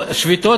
שביתות,